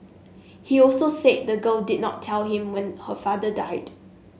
he also said the girl did not tell him when her father died